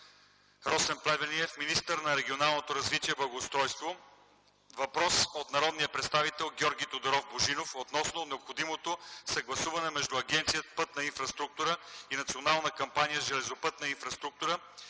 Росен Плевнелиев – министър на регионалното развитие и благоустройството. Въпрос от народния представител Георги Тодоров Божинов относно необходимото съгласуване между Агенция „Пътна инфраструктура” и Национална кампания „Железопътна инфраструктура”